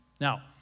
Now